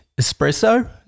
espresso